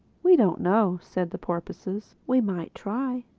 we don't know, said the porpoises. we might try.